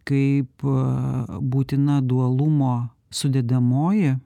kaip būtina dualumo sudedamoji